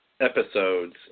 episodes